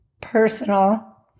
personal